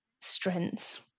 strengths